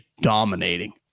dominating